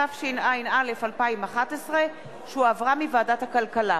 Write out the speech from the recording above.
התשע"א 2011, שהחזירה ועדת הכלכלה.